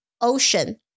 Ocean